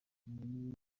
umuntu